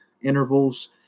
intervals